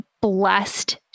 blessed